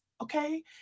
okay